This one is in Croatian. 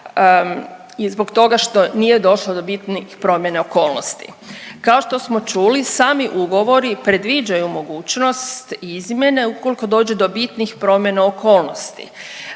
i zbog toga što nije došlo do bitnih promjena okolnosti. Kao što smo čuli sami ugovori predviđaju mogućnost izmjene ukoliko dođe do bitnih promjena okolnosti,